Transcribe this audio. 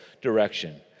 direction